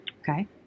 Okay